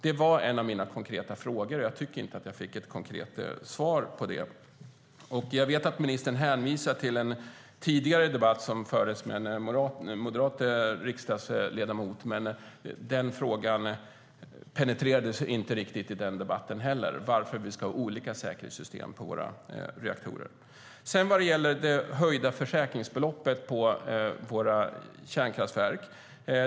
Det var en av mina konkreta frågor, och jag tycker inte att jag fått något konkret svar på det. Ministern hänvisar till en tidigare debatt som fördes med en moderat riksdagsledamot, men frågan varför vi ska ha olika säkerhetssystem i våra reaktorer penetrerades inte riktigt i den debatten heller. Sedan gällde det frågan om höjda försäkringsbelopp på våra kärnkraftverk.